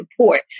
support